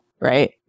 Right